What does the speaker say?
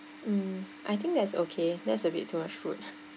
mm I think that's okay there's a bit too much food